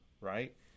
right